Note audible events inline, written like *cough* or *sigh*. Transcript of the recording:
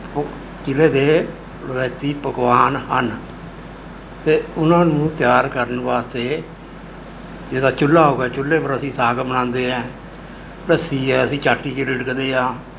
*unintelligible* ਜ਼ਿਲ੍ਹੇ ਦੇ ਰਵਾਇਤੀ ਪਕਵਾਨ ਹਨ ਅਤੇ ਉਹਨਾਂ ਨੂੰ ਤਿਆਰ ਕਰਨ ਵਾਸਤੇ ਜਿੱਦਾਂ ਚੁੱਲ੍ਹਾ ਹੋ ਗਿਆ ਚੁੱਲ੍ਹੇ ਪਰ ਅਸੀਂ ਸਾਗ ਬਣਾਉਂਦੇ ਹੈ ਲੱਸੀ ਹੈ ਅਸੀਂ ਚਾਟੀ 'ਚ ਰਿੜਕਦੇ ਆ